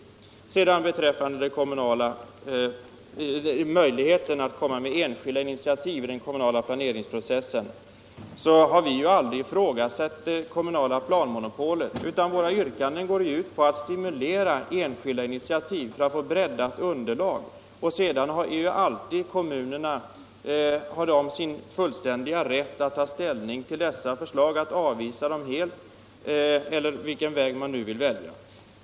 Vad gäller möjligheterna att ta enskilda initiativ i den kommunala planeringsprocessen har vi aldrig ifrågasatt det kommunala planmonopolet, utan våra yrkanden går ut på att stimulera enskilda initiativ för att få ett bredare underlag. Kommunerna har ju sedan alltid rätt att ta ställning till sådana förslag, att avvisa dem helt eller att behandla dem på annat sätt.